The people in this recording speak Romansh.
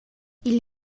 igl